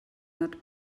not